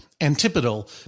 antipodal